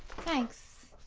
thanks,